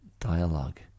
dialogue